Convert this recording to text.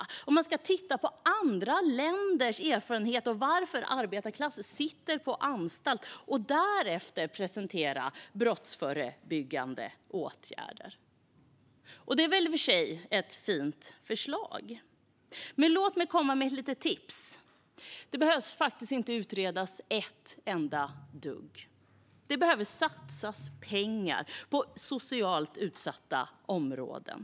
De vill att man ska titta på andra länders erfarenheter av varför arbetarklass sitter på anstalt och därefter presentera brottsförebyggande åtgärder. Det är väl i och för sig ett fint förslag, men låt mig komma med ett litet tips: Det behöver faktiskt inte utredas ett enda dugg. Det behöver satsas pengar på socialt utsatta områden.